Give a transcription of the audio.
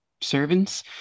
servants